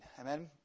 Amen